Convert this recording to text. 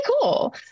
cool